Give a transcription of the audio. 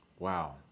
Wow